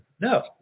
no